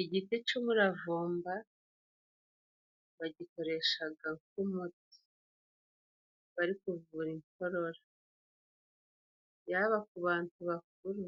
Igiti c'umuravumba bagikoreshaga nk'umuti bari kuvura inkorora, yaba ku bantu bakuru